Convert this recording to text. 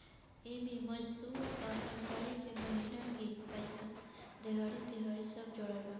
एमे मजदूर आ कर्मचारी के महिना के पइसा, देहाड़ी, तिहारी सब जोड़ाला